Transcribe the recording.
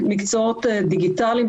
מקצועות דיגיטליים,